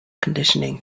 conditioning